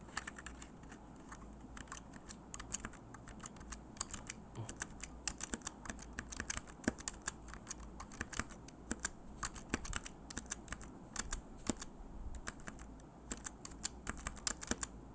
mm